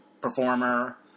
performer